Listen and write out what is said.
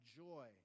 joy